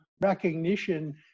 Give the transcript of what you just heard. recognition